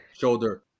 shoulder